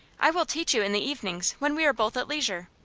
i will teach you in the evenings, when we are both at leisure.